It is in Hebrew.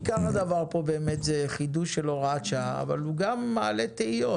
עיקר הדבר כאן הוא חידוש של הוראת שעה אבל גם הוא מעלה תהיות